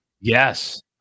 Yes